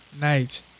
night